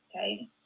okay